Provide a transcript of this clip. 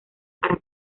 para